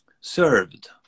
Served